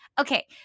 Okay